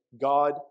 God